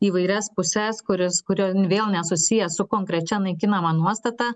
įvairias puses kuris kurio vėl nesusiję su konkrečia naikinama nuostata